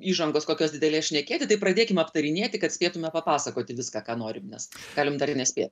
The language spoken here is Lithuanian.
įžangos kokios didelės šnekėti tai pradėkim aptarinėti kad spėtumėme papasakoti viską ką norim nes galim dar ir nespėt